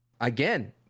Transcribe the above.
again